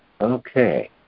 Okay